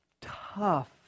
tough